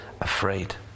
afraid